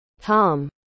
Tom